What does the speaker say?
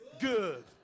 good